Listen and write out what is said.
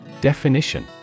Definition